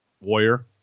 warrior